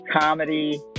comedy